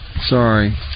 Sorry